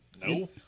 No